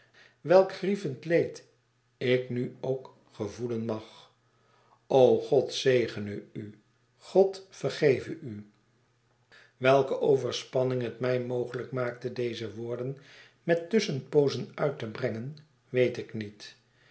welk grievend leed ik nu ook gevoelen mag god zegene u god vergeve u i welke overspanning het mij mogelijk maakte deze woorden met tusschenpoozen uit te brengen weet ik niet